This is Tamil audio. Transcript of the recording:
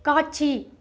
காட்சி